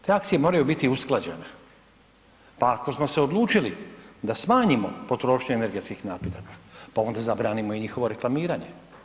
Te akcije moraju biti usklađene, pa ako smo se odlučili da smanjimo potrošnju energetskih napitaka pa onda zabranimo i njihovo reklamiranje.